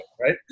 Right